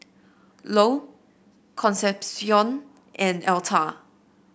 Lou Concepcion and Elta